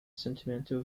sentimental